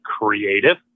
creative